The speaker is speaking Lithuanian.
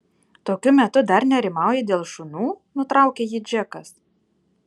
tokiu metu dar nerimauji dėl šunų nutraukė jį džekas